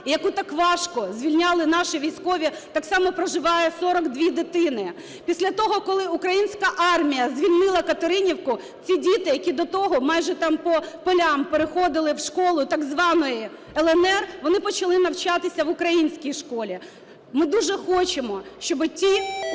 яку так важко звільняли наші військові, так само проживає 42 дитини. Після того, коли українська армія звільнила Катеринівку, ці діти, які до того майже там по полям переходили в школу так званої "ЛНР", вони почали навчатися в українській школі. Ми дуже хочемо, щоби ті